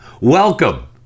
Welcome